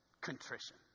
contrition